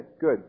good